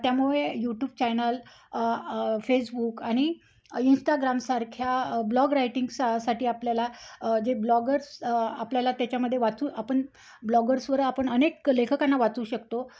त्यामुळे YouTube channel Facebook आणि इंस्टाग्रामसारख्या ब्लॉग रायटिंग सा साठी आपल्याला जे ब्लॉगर्स आपल्याला त्याच्यामध्ये वाचू आपण ब्लॉगर्सवर आपण अनेक लेखकांना वाचू शकतो